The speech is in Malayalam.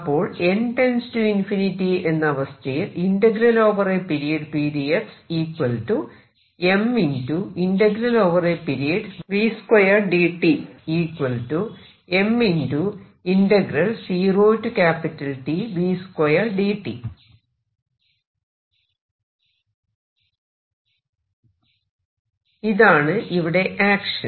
അപ്പോൾ n→ ∞ എന്ന അവസ്ഥയിൽ ഇതാണ് ഇവിടെ ആക്ഷൻ